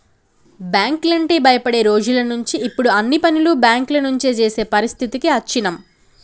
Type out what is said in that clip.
బ్యేంకులంటే భయపడే రోజులనుంచి ఇప్పుడు అన్ని పనులు బ్యేంకుల నుంచే జేసే పరిస్థితికి అచ్చినం